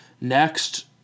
next